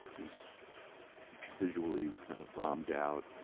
was visually kind of bombed out.